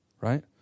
right